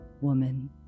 woman